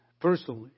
personally